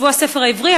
שבוע הספר העברי,